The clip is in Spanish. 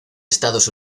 estados